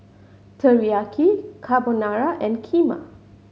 Teriyaki Carbonara and Kheema